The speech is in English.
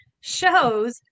shows